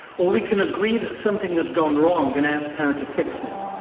or we can agree that something has gone wrong and ask how to fix it.